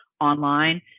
online